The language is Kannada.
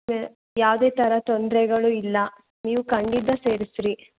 ಯಾವುದೇ ಥರ ತೊಂದರೆಗಳೂ ಇಲ್ಲ ನೀವು ಖಂಡಿತ ಸೇರ್ಸಿರೀ